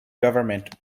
government